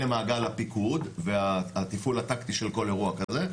אלה מעגל הפיקוד והתפעול הטקטי של כל אירוע כזה,